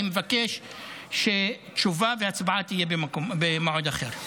אני מבקש שתשובה והצבעה יהיו במועד אחר.